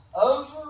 Over